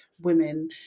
women